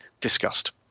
discussed